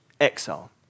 exile